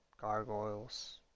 gargoyles